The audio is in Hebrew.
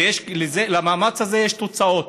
ולמאמץ הזה יש תוצאות.